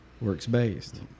Works-based